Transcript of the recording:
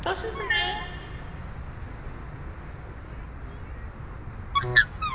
तुस सनाओ